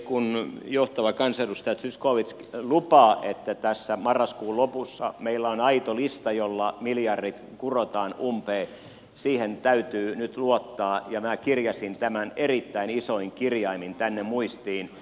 kun johtava kansanedustaja zyskowicz lupaa että tässä marraskuun lopussa meillä on aito lista jolla miljardit kurotaan umpeen siihen täytyy nyt luottaa ja minä kirjasin tämän erittäin isoin kirjaimin tänne muistiin